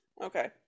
Okay